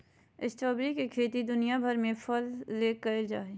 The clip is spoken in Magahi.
स्ट्रॉबेरी के खेती दुनिया भर में फल ले कइल जा हइ